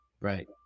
Right